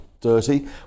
dirty